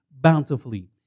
bountifully